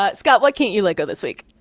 ah scott, what can't you let go this week?